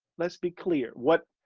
let's be clear what,